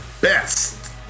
best